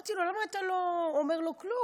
אמרתי לו: למה אתה לא אומר לו כלום?